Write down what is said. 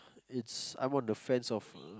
it's I'm on the fence of uh